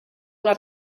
una